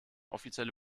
offizielle